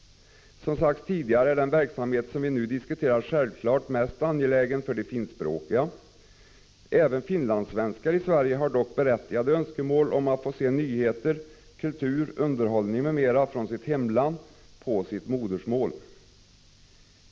Som sagts tidigare är den verksamhet som vi nu diskuterar självfallet mest angelägen för de finskspråkiga. Även finlandssvenskar i Sverige har dock berättigade önskemål om att få se nyheter, kultur, underhållning m.m. från sitt hemland på sitt modersmål.